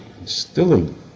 instilling